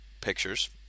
Pictures